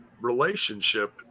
relationship